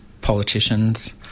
politicians